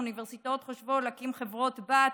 האוניברסיטאות חשבו להקים חברות-בת,